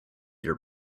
your